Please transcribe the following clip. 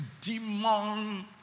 demon